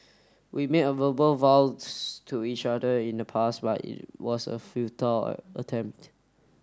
we made a verbal vows to each other in the past but it was a futile attempt